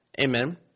Amen